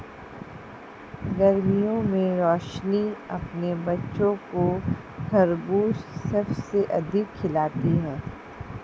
गर्मियों में रोशनी अपने बच्चों को खरबूज सबसे अधिक खिलाती हैं